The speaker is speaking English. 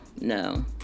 no